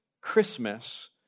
Christmas